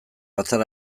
batzar